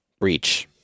Breach